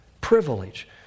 Privilege